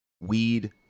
weed